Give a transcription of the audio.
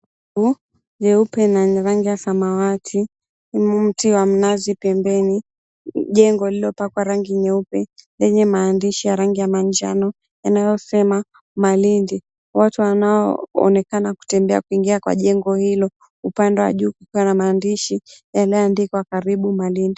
Jeupe na lenye rangi ya samawati. Mti wa mnazi pembeni, jengo lililopakwa rangi nyeupe, lenye maandishi ya rangi ya manjano yanayosema Malindi. Watu wanaonekana kutembea kuingia kwa jengo hilo upande wa juu kukiwa na maandishi yanayoandikwa, "Karibu Malindi."